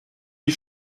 die